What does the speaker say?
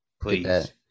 Please